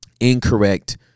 incorrect